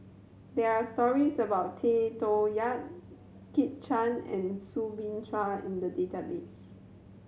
there are stories about Tay Toh Yat Kit Chan and Soo Bin Chua in the database